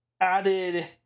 added